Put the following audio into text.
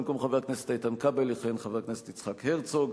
במקום חבר הכנסת איתן כבל יכהן חבר הכנסת יצחק הרצוג,